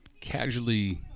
casually